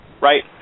Right